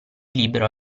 libero